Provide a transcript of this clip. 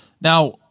Now-